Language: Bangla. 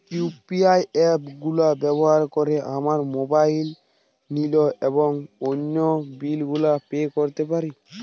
ইউ.পি.আই অ্যাপ গুলো ব্যবহার করে আমরা মোবাইল নিল এবং অন্যান্য বিল গুলি পে করতে পারি